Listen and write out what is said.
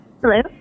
Hello